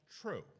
true